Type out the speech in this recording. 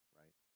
right